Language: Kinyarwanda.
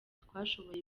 twashoboye